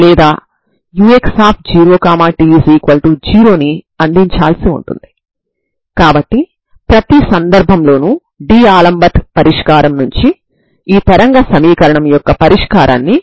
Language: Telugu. కు T లలో వున్న సమీకరణం Tntn22b a2c2Tnt0 అవుతుంది కాబట్టి n యొక్క ప్రతి విలువకు ఈ విధంగా మీరు సాధారణ అవకలన సమీకరణాల వ్యవస్థను పొందుతారు